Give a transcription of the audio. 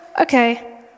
okay